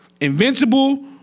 Invincible